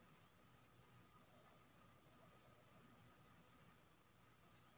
भारतक लगभग सभटा बैंक मे नौकरीक लेल आई.बी.पी.एस बैंक परीक्षा लैत छै